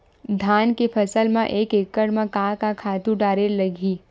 धान के फसल म एक एकड़ म का का खातु डारेल लगही?